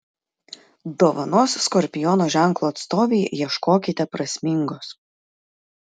dovanos skorpiono ženklo atstovei ieškokite prasmingos